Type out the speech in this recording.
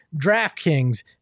DraftKings